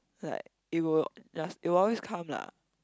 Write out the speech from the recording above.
like it will just it will always come lah